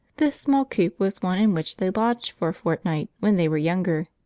this small coop was one in which they lodged for a fortnight when they were younger,